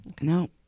No